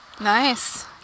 Nice